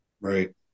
Right